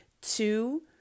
Two